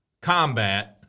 combat